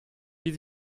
wie